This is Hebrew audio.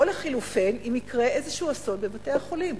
או לחלופין אם יקרה איזשהו אסון בבתי-החולים.